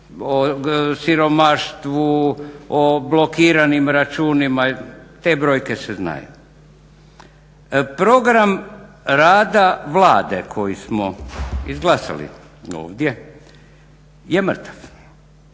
o siromaštvu, o blokiranim računima, te brojke se znaju. Program rada Vlade koju smo izglasali ovdje je mrtav